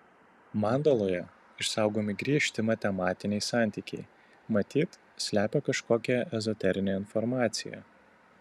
mandaloje išsaugomi griežti matematiniai santykiai matyt slepia kažkokią ezoterinę informaciją